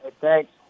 thanks